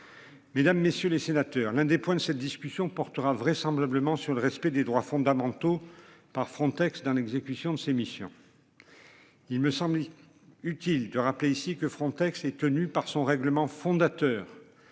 Mesdames, messieurs les sénateurs, l'un des points de cette discussion portera vraisemblablement sur le respect des droits fondamentaux par Frontex dans l'exécution de ses missions. Il me semble. Utile de rappeler ici que Frontex est tenu par son règlement fondateur